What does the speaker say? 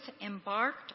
embarked